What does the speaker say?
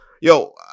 yo